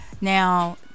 Now